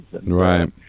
Right